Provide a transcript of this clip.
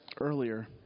earlier